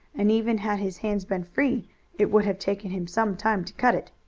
and even had his hands been free it would have taken him some time to cut it.